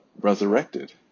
resurrected